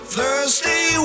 Thursday